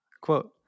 Quote